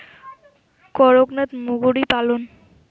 করকনাথ মুরগি পালন?